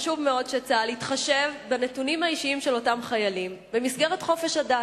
חשוב מאוד שצה"ל יתחשב בנתונים האישיים של אותם חיילים במסגרת חופש הדת.